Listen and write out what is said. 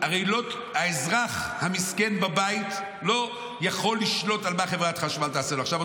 הרי האזרח המסכן בבית לא יכול לשלוט על מה שחברת חשמל תעשה לו עכשיו.